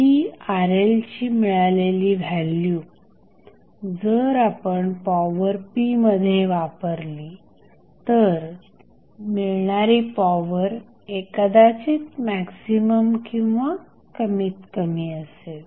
ही RL ची मिळालेली value जर आपण पॉवर p मध्ये वापरली तर मिळणारी पॉवर कदाचित मॅक्झिमम किंवा कमीत कमी असेल